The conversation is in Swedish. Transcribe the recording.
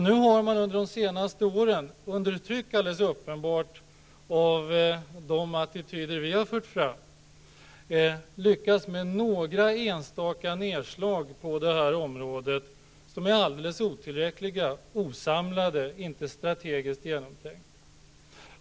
Nu har man under de senaste åren, uppenbarligen under tryck av den attityder som vi har fört fram, lyckats med några enstaka nedslag på detta område som är alldeles otillräckliga och inte strategiskt genomtänkta.